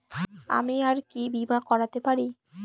আমি আর কি বীমা করাতে পারি?